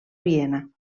viena